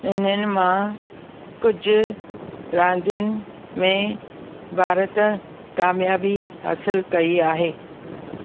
हिननि मां कुझु रांदियुनि में भारत कामियाबी हासिलु कई आहे